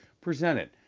presented